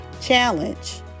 Challenge